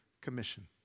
Commission